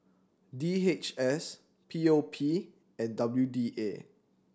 D H S P O P and W D A